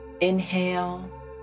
Inhale